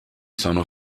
sono